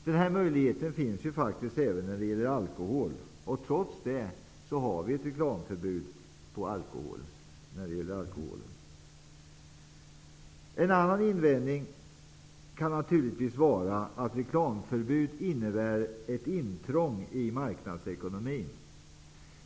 Den möjligheten finns ju även när det gäller alkohol, trots att vi här har reklamförbud. En annan invändning kan naturligtvis vara att ett reklamförbud innebär ett intrång i marknadsekonomin.